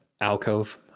alcove